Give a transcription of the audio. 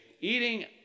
eating